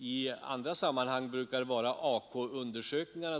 I andra sammanhang brukar ni stödja er på AKU undersökningarna.